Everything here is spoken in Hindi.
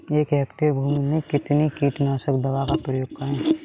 एक हेक्टेयर भूमि में कितनी कीटनाशक दवा का प्रयोग करें?